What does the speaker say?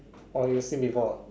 orh you've seen before